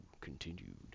continued